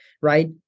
right